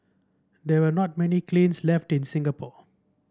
there are not many kilns left in Singapore